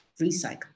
Recycle